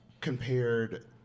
compared